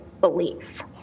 belief